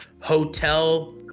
hotel